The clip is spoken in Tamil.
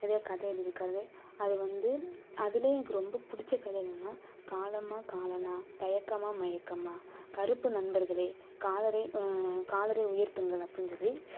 நிறைய கதை எழுதிருக்காரு அது வந்து அதுலேயே எனக்கு ரொம்ப பிடிச்ச கதை என்னென்னா காலமா காலனா தயக்கமா மயக்கமா கருப்பு நண்பர்களே காலரே காலரை உயர்த்துங்கள் அப்புடின்னு சொல்லி